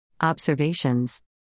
Observations